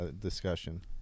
discussion